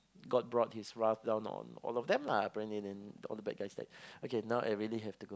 god brought his wrath down on them lah then all the bad guys died okay I really have to go